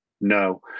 no